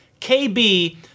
kb